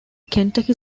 kentucky